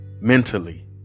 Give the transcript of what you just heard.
mentally